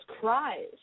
cries